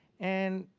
and,